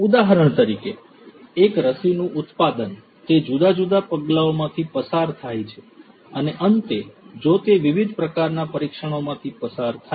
ઉદાહરણ તરીકે એક રસીનું ઉત્પાદન તે જુદા જુદા પગલાઓમાંથી પસાર થાય છે અને અંતે જો તે વિવિધ પ્રકારના પરીક્ષણોમાંથી પસાર થાય છે